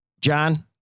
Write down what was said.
John